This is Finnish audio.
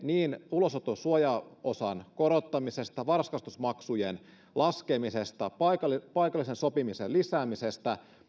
ulosoton suojaosan korottamista varhaiskasvatusmaksujen laskemista paikallisen paikallisen sopimisen lisäämistä